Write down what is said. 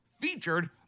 featured